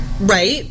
right